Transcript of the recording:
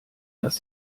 dass